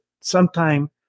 sometime